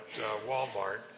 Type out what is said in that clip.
Walmart